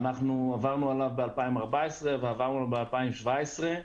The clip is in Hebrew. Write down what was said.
עברנו עליו ב-2014 ועברנו עליו ב-2017,